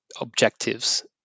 objectives